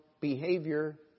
behavior